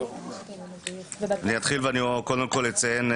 אני אתחיל וקודם כל אציין,